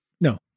No